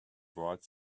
bright